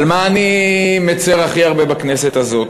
על מה אני מצר הכי הרבה בכנסת הזאת?